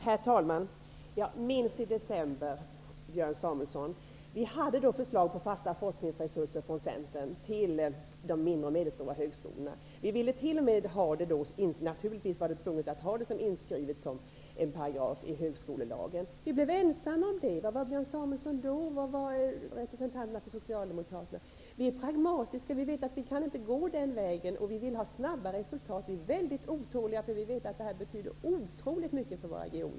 Herr talman! Minns i december, Björn Samuelson. Centern väckte då förslag om fasta forskningsresurser till de mindre och medelstora högskolorna. Och det skulle naturligtvis vara inskrivet som en paragraf i högskolelagen. Men vi blev ensamma om detta. Var fanns Björn Samuelson då, och var fanns Socialdemokraternas representanter? Vi är pragmatiska, och vi vet att vi inte kan gå den vägen. Vi vill ha snabba resultat, och vi är väldigt otåliga, eftersom vi vet att detta betyder otroligt mycket för våra regioner.